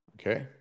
Okay